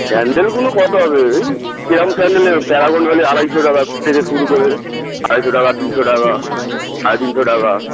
স্যান্ডেলগুলো কত হবে ঐ কিরম স্যান্ডেল প্যারাগন হলে আড়াইশো টাকা থেকে শুরু করে আড়াইশো টাকা তিনশো টাকা সাড়ে তিনশো টাকা